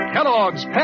Kellogg's